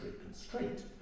constraint